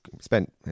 spent